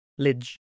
Lidge